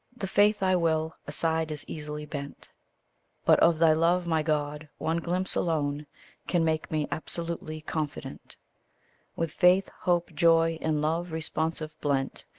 the faith i will, aside is easily bent but of thy love, my god, one glimpse alone can make me absolutely confident with faith, hope, joy, in love responsive blent.